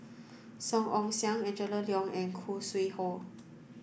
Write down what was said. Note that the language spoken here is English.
Song Ong Siang Angela Liong and Khoo Sui Hoe